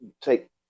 take